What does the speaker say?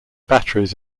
batteries